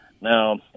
Now